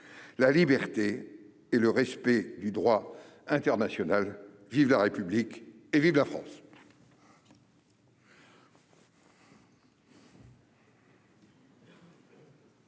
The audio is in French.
la liberté et le respect du droit international. « Vive la République !« Vive la France